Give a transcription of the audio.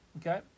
Okay